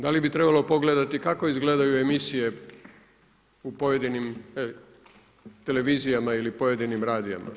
Da li bi trebalo pogledati kako izgledaju emisije u pojedinim televizijama ili pojedinim radijima?